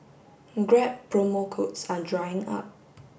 grab promo codes are drying up